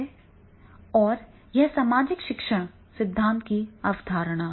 और यह सामाजिक शिक्षण सिद्धांत की अवधारणा है